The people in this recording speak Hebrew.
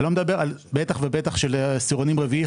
בטח ובטח לעשירונים רביעי,